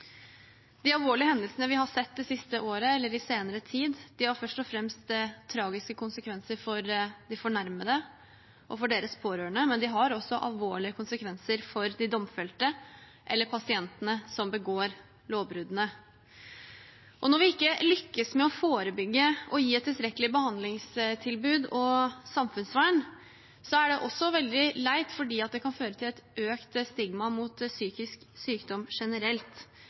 De alvorlige hendelsene vi har sett det siste året, eller i senere tid, har først og fremst tragiske konsekvenser for de fornærmede og deres pårørende, men de har også alvorlige konsekvenser for de domfelte eller pasientene som begår lovbruddene. Og når vi ikke lykkes med å forebygge og gi et tilstrekkelig behandlingstilbud og samfunnsvern, er det også veldig leit fordi det kan føre til et økt stigma mot psykisk sykdom generelt.